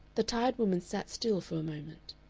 the tired woman sat still for a moment.